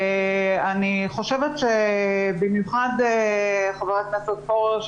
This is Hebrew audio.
חבר הכנסת פורר,